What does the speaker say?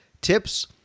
tips